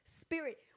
spirit